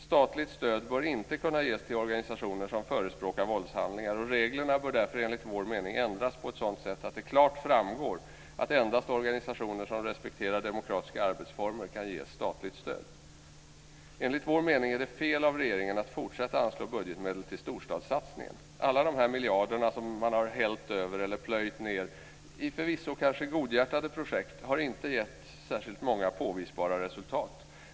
Statligt stöd bör inte kunna ges till organisationer som förespråkar våldshandlingar. Reglerna bör därför, enligt vår mening, ändras på sådant sätt att det klart framgår att endast organisationer som respekterar demokratiska arbetsformer kan ges statligt stöd. Enligt vår mening är det fel av regeringen att fortsätta att anslå budgetmedel till storstadssatsningen. Alla de miljarder som har plöjts ned i förvisso kanske godhjärtade projekt har inte gett särskilt många påvisbara resultat.